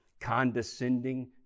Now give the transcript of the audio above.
condescending